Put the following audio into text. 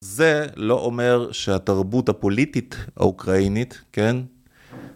זה לא אומר שהתרבות הפוליטית האוקראינית, כן